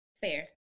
fair